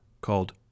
called